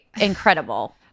incredible